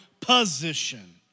position